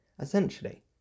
Essentially